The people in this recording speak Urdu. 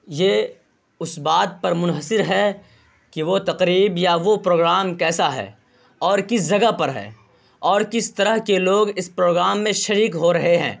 یہ اس بات پر منحصر ہے کہ وہ تقریب یا وہ پروگرام کیسا ہے اور کس زگہ پر ہے اور کس طرح کے لوگ اس پروگرام میں شریک ہو رہے ہیں